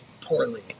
poorly